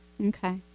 Okay